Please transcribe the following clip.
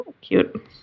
cute